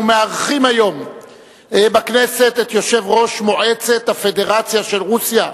אנו מארחים היום בכנסת את יושב-ראש מועצת הפדרציה של רוסיה,